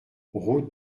route